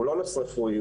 והוא לא נס רפואי,